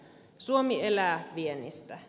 suomi elää viennistä